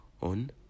on